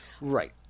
right